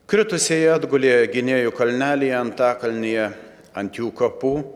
kritusieji atgulė gynėjų kalnelyje antakalnyje ant jų kapų